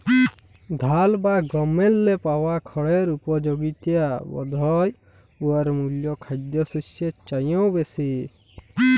ধাল বা গমেল্লে পাওয়া খড়ের উপযগিতা বধহয় উয়ার মূল খাদ্যশস্যের চাঁয়েও বেশি